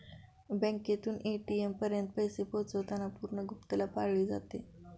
बँकेतून ए.टी.एम पर्यंत पैसे पोहोचवताना पूर्ण गुप्तता पाळली जाते